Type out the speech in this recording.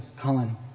Colin